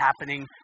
happening